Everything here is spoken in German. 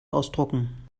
ausdrucken